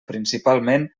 principalment